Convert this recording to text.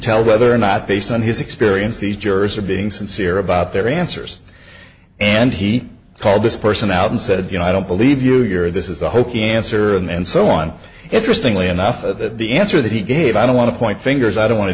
tell whether or not based on his experience these jurors are being sincere about their answers and he called this person out and said you know i don't believe you you're this is i hope the answer and so on interestingly enough the answer that he gave i don't want to point fingers i don't want to